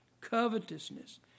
covetousness